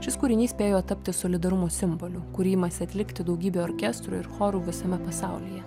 šis kūrinys spėjo tapti solidarumo simboliu kurį imasi atlikti daugybė orkestrų ir chorų visame pasaulyje